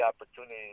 opportunity